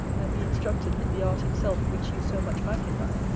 and be instructed in the art itself which you so much magnify.